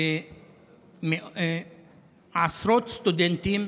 עשרות סטודנטים,